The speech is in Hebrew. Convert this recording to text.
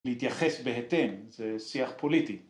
להתייחס בהתאם זה שיח פוליטי